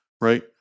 right